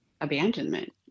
abandonment